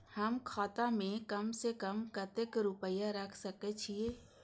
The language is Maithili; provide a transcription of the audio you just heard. हम खाता में कम से कम कतेक रुपया रख सके छिए?